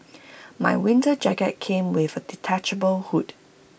my winter jacket came with A detachable hood